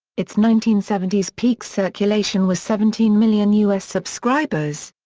its nineteen seventy s peak circulation was seventeen million u s. subscribers.